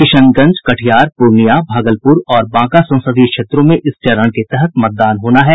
किशनगंज कटिहार पूर्णिया भागलपुर और बांका संसदीय क्षेत्रों में इस चरण के तहत मतदान होना है